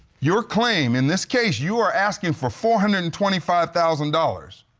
your claim in this case. you are asking for four hundred and twenty five thousand dollars.